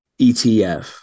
ETF